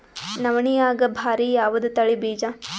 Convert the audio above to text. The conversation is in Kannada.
ನವಣಿಯಾಗ ಭಾರಿ ಯಾವದ ತಳಿ ಬೀಜ?